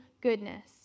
goodness